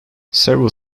several